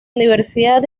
universidad